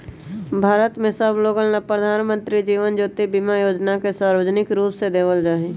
भारत के सब लोगन ला प्रधानमंत्री जीवन ज्योति बीमा योजना के सार्वजनिक रूप से देवल जाहई